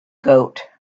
goat